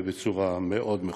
בצורה מאוד מכובדת.